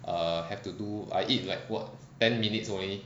err have to do I eat like what ten minutes only